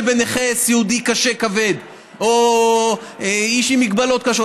בנכה סיעודי קשה כבד או באיש עם מגבלות קשות.